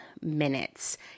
minutes